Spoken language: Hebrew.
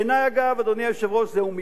בעיני, אגב, אדוני היושב-ראש, זהו מבחן,